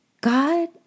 God